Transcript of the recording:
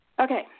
okay